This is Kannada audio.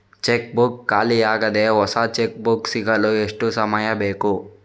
ಚೆಕ್ ಬುಕ್ ಖಾಲಿ ಯಾಗಿದೆ, ಹೊಸ ಚೆಕ್ ಬುಕ್ ಸಿಗಲು ಎಷ್ಟು ಸಮಯ ಬೇಕು?